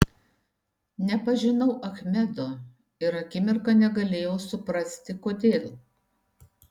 nepažinau achmedo ir akimirką negalėjau suprasti kodėl